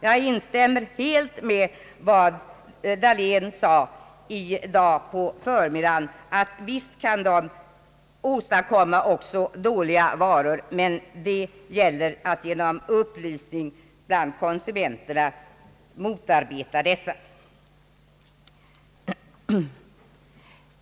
Jag instämmer helt i vad herr Dahlén sade i dag på förmiddagen: Visst kan de åstadkomma också dåliga varor, men det gäller att genom upplysning bland konsumenterna motarbeta dessa.